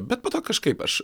bet po to kažkaip aš